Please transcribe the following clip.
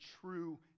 true